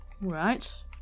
right